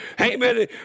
Amen